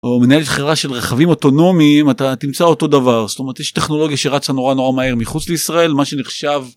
מנהל חברה של רכבים אוטונומיים אתה תמצא אותו דבר זאת אומרת יש טכנולוגיה שרצה נורא נורא מהר מחוץ לישראל מה שנחשב.